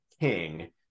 King